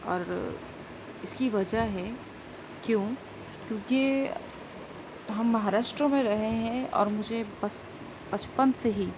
اور اس کی وجہ ہے کیوں کیونکہ ہم مہاراشٹر میں رہے ہیں اور مجھے بس بچپن سے ہی